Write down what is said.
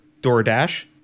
DoorDash